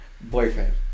boyfriend